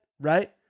right